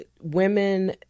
Women